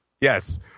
yes